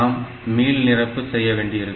நாம் மீள்நிரப்பு செய்ய வேண்டியதிருக்கும்